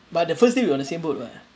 but the first thing we want to say boat what